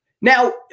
now